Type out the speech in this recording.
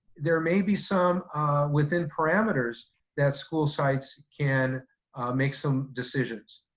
there may be some within parameters that school sites can make some decisions.